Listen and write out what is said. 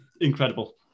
incredible